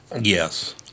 Yes